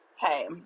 hey